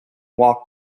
walked